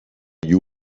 you